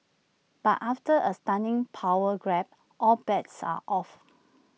but after A stunning power grab all bets are off